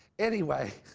anyway,